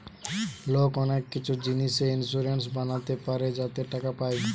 লোক অনেক কিছু জিনিসে ইন্সুরেন্স বানাতে পারে যাতে টাকা পায়